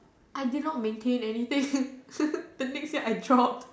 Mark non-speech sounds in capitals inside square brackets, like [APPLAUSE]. I did not maintain anything [LAUGHS] the next year I dropped